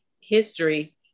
history